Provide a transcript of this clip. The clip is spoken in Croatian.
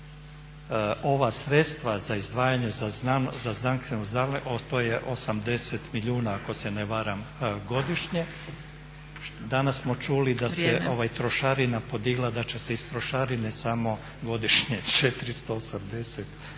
ova sredstva za izdvajanje za … ostao je 80 milijuna ako se ne varam godišnje. Danas smo čuli da se trošarina podigla i da će se iz trošarine samo godišnje 480, samo na